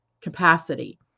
capacity